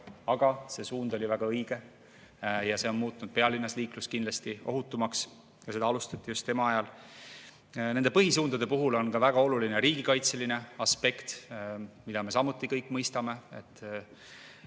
aga see suund oli väga õige. See on muutnud pealinnas liikluse kindlasti ohutumaks ja seda alustati just tema ajal. Nende põhisuundade puhul on väga oluline ka riigikaitseline aspekt, mida me samuti kõik mõistame.